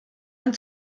ein